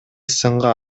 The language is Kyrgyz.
сынга